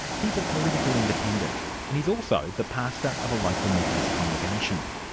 he's a political independent and he's also the pastor of a local methodist congregation.